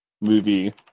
movie